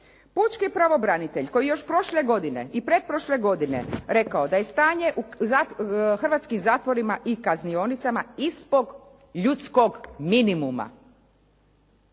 još prošle godine koji je još prošle godine i pretprošle godine rekao da je stanje u hrvatskim zatvorima i kaznionicama ispod ljudskog minimuma,